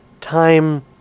time